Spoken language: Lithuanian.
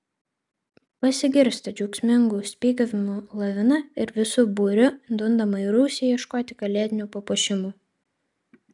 pasigirsta džiaugsmingų spygavimų lavina ir visu būriu dundama į rūsį ieškoti kalėdinių papuošimų